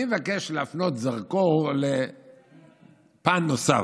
אני מבקש להפנות זרקור לפן נוסף.